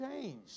changed